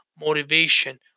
motivation